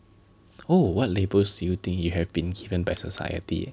oh what labels do you think you have been given by society